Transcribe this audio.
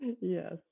Yes